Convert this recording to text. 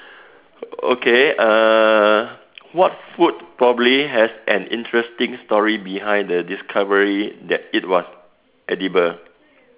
okay uh what food probably has an interesting story behind the discovery that it was edible